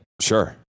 Sure